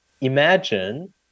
imagine